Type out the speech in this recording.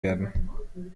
werden